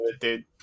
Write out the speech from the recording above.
dude